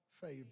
favor